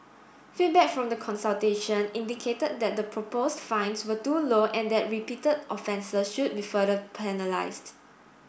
feedback from the consultation indicate that the proposed fines were too low and that repeat offences should be further penalised